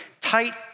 tight